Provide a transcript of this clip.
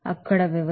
అక్కడ వ్యవస్థ